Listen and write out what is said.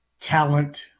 talent